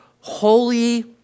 holy